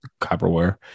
copperware